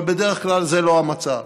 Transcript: אבל בדרך כלל זה לא המצב.